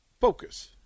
focus